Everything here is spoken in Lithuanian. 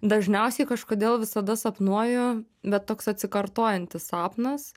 dažniausiai kažkodėl visada sapnuoju bet toks atsikartojantis sapnas